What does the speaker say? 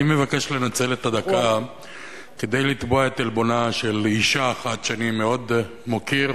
אני מבקש לנצל את הדקה כדי לתבוע את עלבונה של אשה אחת שאני מאוד מוקיר